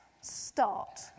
start